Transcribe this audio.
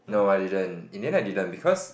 no I didn't in the end I didn't because